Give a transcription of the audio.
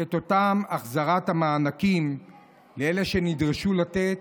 את אותה החזרת מענקים לאלו שנדרשו לתת.